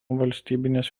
valstybinės